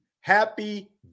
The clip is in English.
happy